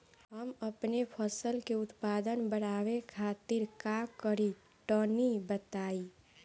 हम अपने फसल के उत्पादन बड़ावे खातिर का करी टनी बताई?